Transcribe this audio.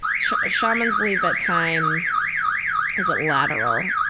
ah shamans believe that time is a lateral.